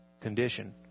condition